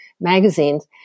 magazines